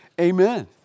amen